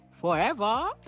forever